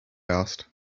asked